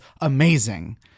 amazing